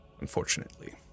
unfortunately